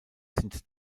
sind